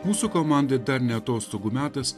mūsų komandai dar ne atostogų metas